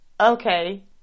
okay